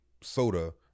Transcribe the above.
soda